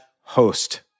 host